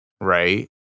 right